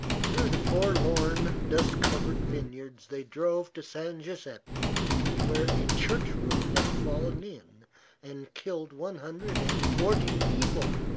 through the forlorn, dust-covered vineyards they drove to san guiseppe, where a church roof had fallen in and killed one hundred and forty people,